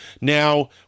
Now